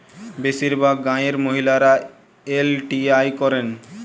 বেশিরভাগ গাঁয়ের মহিলারা এল.টি.আই করেন